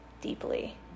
deeply